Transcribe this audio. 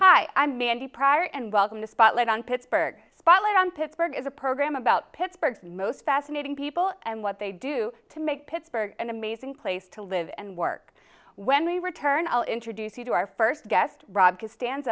hi i'm mandy pryor and welcome to spotlight on pittsburgh spotlight on pittsburgh is a program about pittsburgh most fascinating people and what they do to make pittsburgh an amazing place to live and work when we return i'll introduce you to our first guest ro